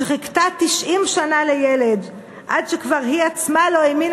שחיכתה 90 שנה לילד עד שכבר היא עצמה לא האמינה